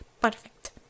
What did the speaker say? perfect